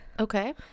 Okay